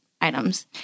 items